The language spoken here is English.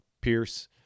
Pierce